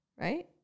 right